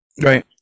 right